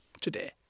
today